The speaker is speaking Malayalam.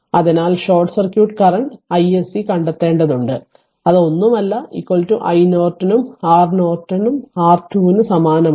അതിനാൽ ഷോർട്ട് സർക്യൂട്ട് കറന്റ് iSC കണ്ടെത്തേണ്ടതുണ്ട് അത് ഒന്നുമല്ല iNorton ഉം R നോർട്ടണും r R2 ന് സമാനമാണ്